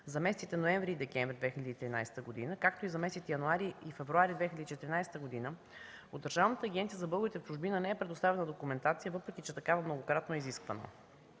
за месеците ноември и декември 2013 г., както и за месеците януари и февруари 2014 г., от Държавната агенция за българите в чужбина не е представена документация, въпреки че такава многократно е изисквана.